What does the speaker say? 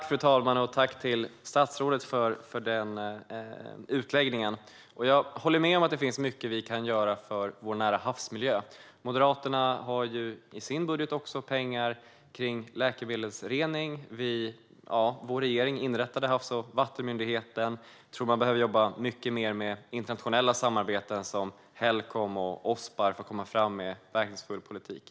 Fru talman! Tack, statsrådet, för utläggningen! Jag håller med om att det finns mycket vi kan göra för vår nära havsmiljö. Vi moderater har också i vår budget pengar för läkemedelsrening. Vår regering inrättade Havs och vattenmyndigheten. Jag tror att man behöver jobba mycket mer med internationella samarbeten som Helcom och Ospar för att komma fram med en verkningsfull politik.